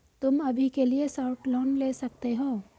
तुम अभी के लिए शॉर्ट लोन ले सकते हो